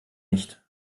nicht